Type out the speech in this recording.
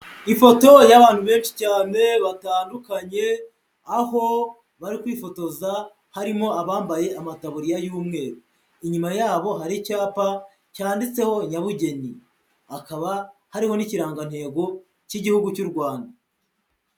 Ifoto y'abantu benshi cyane batandukanye aho bari kwifotoza harimo abambaye amatabuririya y'umweru, inyuma yabo hari icyapa cyanditseho nyabugeni hakaba harimo n'ikirangantego cy'igihugu cy'u Rwanda.